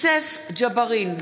יוסף ג'בארין,